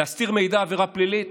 להסתיר מידע, עבירה פלילית?